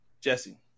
Jesse